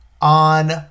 on